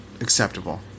acceptable